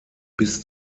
bis